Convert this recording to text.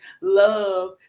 Love